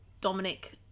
Dominic